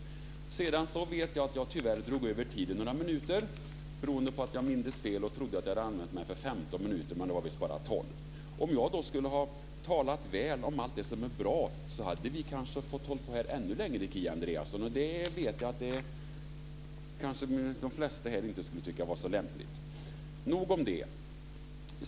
Sedan vet jag att jag tyvärr drog över tiden några minuter beroende på att jag mindes fel och trodde att jag hade anmält mig för 15 minuter, men det var visst bara 12. Om jag då skulle ha talat väl om allt det som är bra hade vi kanske fått hålla på ännu längre, Kia Andreasson. De flesta här kanske inte skulle tycka att det var så lämpligt. Nog om det.